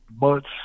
months